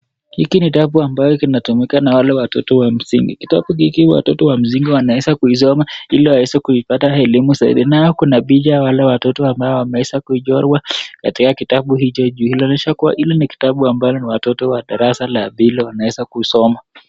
Hiki kitabu ambao kinatumika na wale watoto wa msingi. Kitabu hiki watoto wa msingi wanaweza kuisoma ili waeze kuipata elimu zaidi. Na kuna picha ya wale watoto ambao wameweza kuchorwa katika kitabu hicho ikilinganisha kuwa hiki ni kitabu ambacho watoto wa darasa la pili wanaweza kusoma.